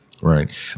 Right